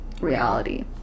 reality